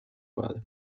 mare